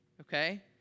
okay